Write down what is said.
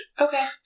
okay